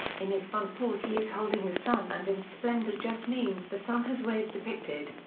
in his front paws he is holding the sun and in splendour just means the sun has rays depicted.